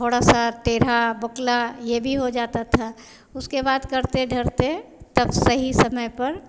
थोड़ा सा टेढ़ा बोकला यह भी हो जाता था उसके बाद करते ढरते तब सही समय पर